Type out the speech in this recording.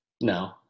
No